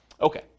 Okay